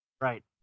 Right